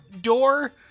Door